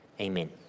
Amen